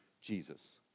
Jesus